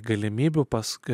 galimybių paskui